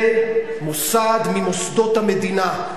זה מוסד ממוסדות המדינה.